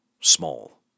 small